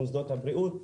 מוסדות הבריאות,